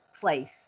place